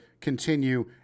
continue